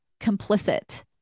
complicit